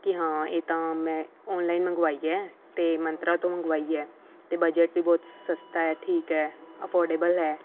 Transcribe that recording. ਕਿ ਹਾਂ ਇਹ ਤਾਂ ਮੈਂ ਆਨਲਾਈਨ ਮੰਗਵਾਈ ਹੈ ਅਤੇ ਮੰਤਰਾ ਤੋਂ ਮੰਗਵਾਈ ਹੈ ਅਤੇ ਬਜਟ ਵੀ ਬਹੁਤ ਸਸਤਾ ਹੈ ਠੀਕ ਹੈ ਅਫੋਰਡੇਬਲ ਹੈ